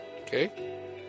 Okay